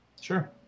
Sure